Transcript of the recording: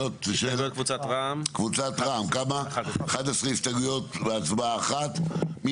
יש כ-11 הסתייגויות והצבעה אחת של קבוצת רע"מ.